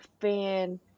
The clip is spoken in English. fan